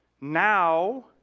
now